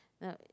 uh